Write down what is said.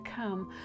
come